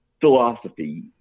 philosophy